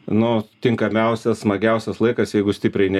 nuo tinkamiausias smagiausias laikas jeigu stipriai ne